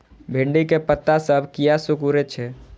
भिंडी के पत्ता सब किया सुकूरे छे?